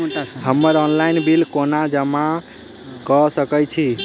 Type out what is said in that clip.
हम्मर online bill कोना जमा कऽ सकय छी?